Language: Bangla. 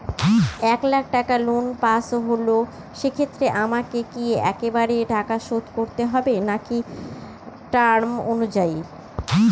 এক লাখ টাকা লোন পাশ হল সেক্ষেত্রে আমাকে কি একবারে টাকা শোধ করতে হবে নাকি টার্ম অনুযায়ী?